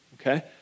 okay